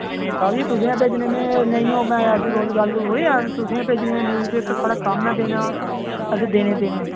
नेईं नेईं स्हाब जी तुसें गै भेजने में ऐसी कोई गल्ल थोह्डे़ ना ऐ तुसेंगी भेजना न्यूज पेपर साढ़ा कम्म ऐ देना असें देने देने